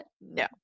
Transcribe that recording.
no